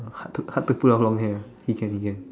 hard to hard to pull off long hair he can he can